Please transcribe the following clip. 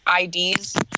IDs